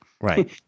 Right